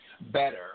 better